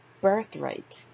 birthright